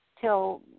till